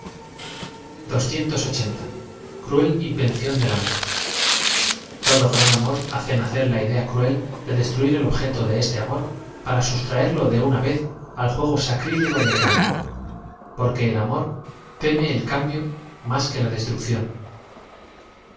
cvuez invención délam or todo gran amor hace nacer la idea cruel de destruir e l objeto de este am or para sustraerlo de una v e z al juego sacrilego del cambio porque el am or teme el cambio más que la destrucción